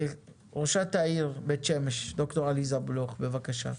ראשת העיר בית שמש, ד"ר עליזה בלוך, בבקשה.